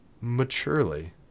maturely